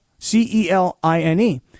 C-E-L-I-N-E